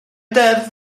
deddf